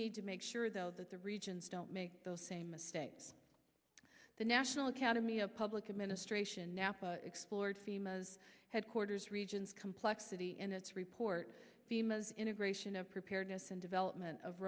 need to make sure though that the regions don't make those same mistakes the national academy of public administration now explored famous headquarters region's complexity in its report integration of preparedness and development of